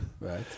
Right